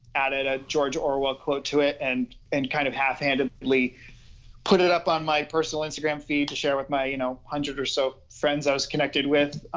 added a george orwell quote to it, and and kind of halfhandedly put it up on my personal instagram feed to share with my, you know, hundred or so friends i was connected with.